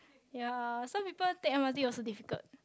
ya some people take M_R_T also difficult